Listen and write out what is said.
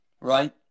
Right